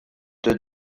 deux